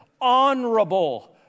honorable